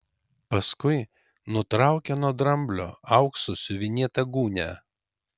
paskui nutraukė nuo dramblio auksu siuvinėtą gūnią